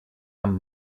amb